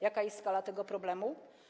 Jaka jest skala tego problemu?